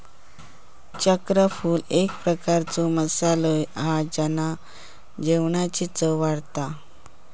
चक्रफूल एक प्रकारचो मसालो हा जेना जेवणाची चव वाढता